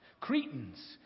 Cretans